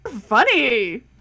funny